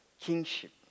kingship